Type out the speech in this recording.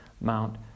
Mount